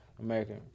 American